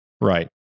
Right